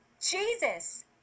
Jesus